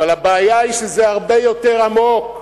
אבל הבעיה היא שזה הרבה יותר עמוק.